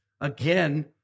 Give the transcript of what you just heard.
again